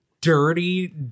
dirty